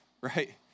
Right